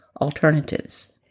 alternatives